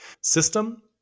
System